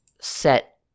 set